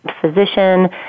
physician